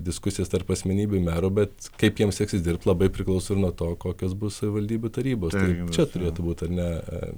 diskusijas tarp asmenybių merų bet kaip jiems seksis dirbti labai priklauso nuo to kokios bus savivaldybių tarybos tai čia turėtų būti ar ne